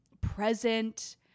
present